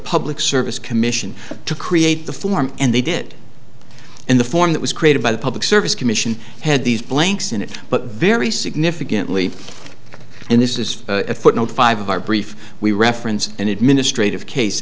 public service commission to create the form and they did in the form that was created by the public service commission had these blanks in it but very significantly and this is a footnote five of our brief we reference an administrative case